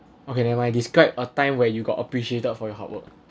okay never mind describe a time where you got appreciated for your hard work